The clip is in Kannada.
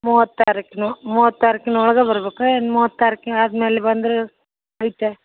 ಮೂವತ್ತು ತಾರೀಖು ಮೂವತ್ತು ತಾರೀಖಿನೊಳಗೆ ಬರಬೇಕ ಏನು ಮೂವತ್ತು ತಾರೀಖಿನ ಆದ ಮೇಲೆ ಬಂದ್ರೆ ಐತೆ